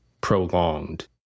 prolonged